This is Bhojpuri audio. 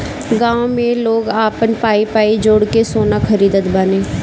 गांव में लोग आपन पाई पाई जोड़ के सोना खरीदत बाने